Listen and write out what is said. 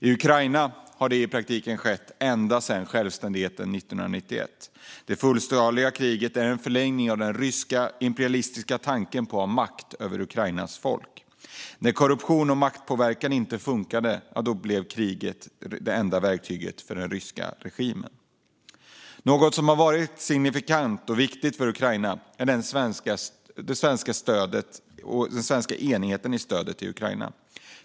I Ukraina har det i praktiken skett ända sedan självständigheten 1991. Det fullskaliga kriget är en förlängning av den ryska imperialistiska tanken att ha makt över Ukrainas folk. När korruption och maktpåverkan inte funkade blev krig det enda verktyget för den ryska regimen. Något som har varit signifikant och viktigt för Ukraina är den svenska enigheten i stödet till Ukraina.